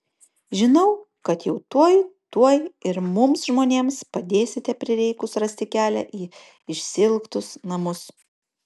žinau kad jau tuoj tuoj ir mums žmonėms padėsite prireikus rasti kelią į išsiilgtus namus